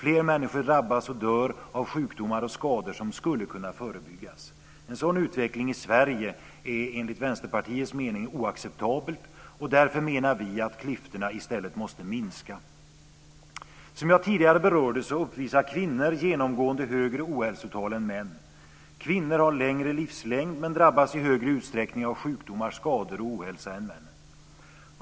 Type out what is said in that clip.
Fler människor drabbas och dör av sjukdomar och skador som skulle kunna förebyggas. Därför menar vi att klyftorna i stället måste minska. Som jag tidigare berörde uppvisar kvinnor genomgående högre ohälsotal än män. Kvinnor har längre livslängd men drabbas i större utsträckning av sjukdomar, skador och ohälsa än männen.